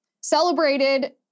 celebrated